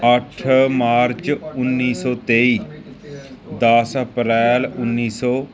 ਅੱਠ ਮਾਰਚ ਉੱਨੀ ਸੌ ਤੇਈ ਦਸ ਅਪ੍ਰੈਲ ਉੱਨੀ ਸੌ